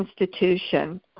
institution